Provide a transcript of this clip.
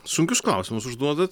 sunkius klausimus užduodat